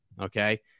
okay